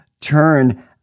turn